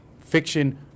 fiction